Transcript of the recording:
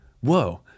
whoa